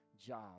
job